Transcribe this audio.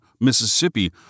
Mississippi